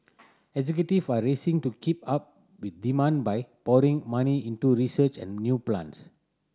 executive are racing to keep up with demand by pouring money into research and new plants